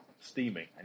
steaming